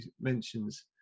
mentions